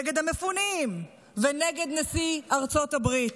נגד המפונים ונגד נשיא ארצות הברית.